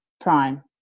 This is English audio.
Prime